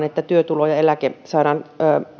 että työtulo ja eläke saadaan